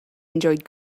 enjoyed